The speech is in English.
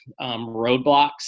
roadblocks